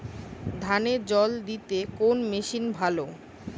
ধানে জল দিতে কোন মেশিন ভালো?